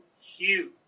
huge